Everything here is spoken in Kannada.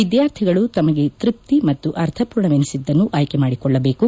ವಿದ್ಯಾರ್ಥಿಗಳು ತಮಗೆ ತೃದ್ತಿ ಎನಿಸಿದ ಮತ್ತು ಅರ್ಥಪೂರ್ಣವೆನಿಸಿದ್ದನ್ನು ಆಯ್ಕೆ ಮಾಡಿಕೊಳ್ಳಬೇಕು